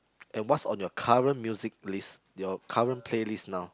and what's on your current music list your current playlist now